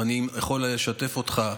אני יכול לשתף אותך,